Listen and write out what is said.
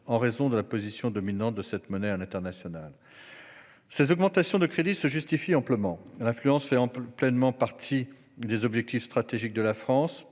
en raison de la position dominante de cette monnaie à l'international. Ces augmentations de crédits se justifient amplement : l'influence fait pleinement partie des objectifs stratégiques de la France.